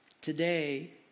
today